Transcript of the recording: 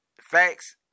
facts